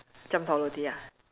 jiam tao roti ah